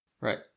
Right